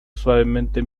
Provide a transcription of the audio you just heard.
suavemente